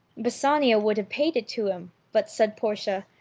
bassanio would have paid it to him, but said portia.